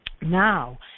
Now